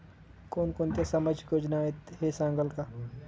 कोणकोणत्या सामाजिक योजना आहेत हे सांगाल का?